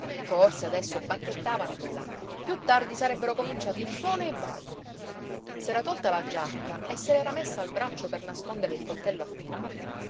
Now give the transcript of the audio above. forse adesso banchettavano di là piú tardi sarebbero cominciati il suono e i balli s'era tolta la giacca e se l'era messa al braccio per nascondere il coltello affilato